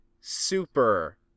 super